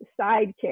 sidekick